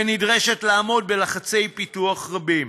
ונדרש לעמוד בלחצי פיתוח רבים.